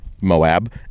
Moab